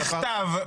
בכתב.